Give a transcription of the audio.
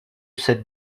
cette